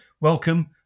welcome